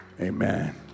Amen